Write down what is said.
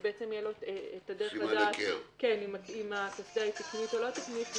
שיידע אם הקסדה היא תקנית או לא תקנית,